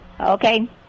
Okay